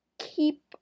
keep